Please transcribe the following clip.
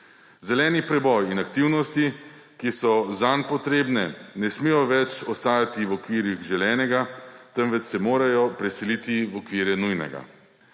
Zeleni preboj in aktivnosti, ki so zanj potrebne, ne smejo več ostajati v okvirih želenega, temveč se morajo preseliti v okvire nujnega.